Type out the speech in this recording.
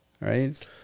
right